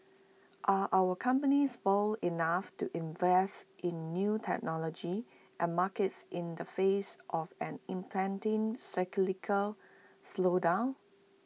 are our companies bold enough to invest in new technology and markets in the face of an impending cyclical slowdown